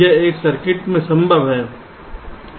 यह एक सर्किट में संभव है